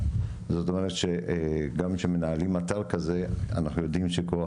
זאת אומרת גם כשמנהלים אתר כזה אנחנו יודעים שכח